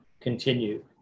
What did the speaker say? continue